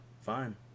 fine